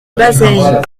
bazeilles